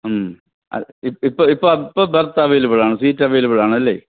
E ഇപ്പം ഇപ്പം ഇപ്പം ബെർത്ത് അവൈലബിളാണ് സീറ്റ് അവൈലബിളാണല്ലേ